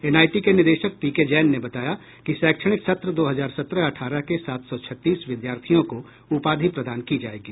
NIT के निदेशक P K Jain ने बताया कि शैक्षणिक सत्र दो हजार सत्रह अठारह के सात सौ छत्तीस विद्यार्थियों को उपाधि प्रदान की जायेगी